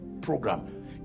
program